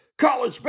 College